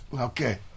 Okay